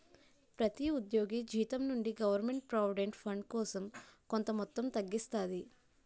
ప్రతి ఉద్యోగి జీతం నుండి గవర్నమెంట్ ప్రావిడెంట్ ఫండ్ కోసం కొంత మొత్తం తగ్గిస్తాది